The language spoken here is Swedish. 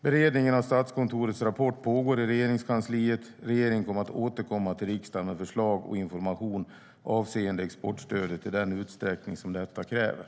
Beredningen av Statskontorets rapport pågår i Regeringskansliet. Regeringen kommer att återkomma till riksdagen med förslag och information avseende exportstödet i den utsträckning som detta kräver.